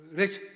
rich